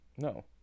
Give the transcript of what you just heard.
no